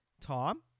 Tom